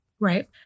Right